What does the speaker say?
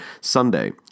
Sunday